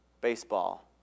Baseball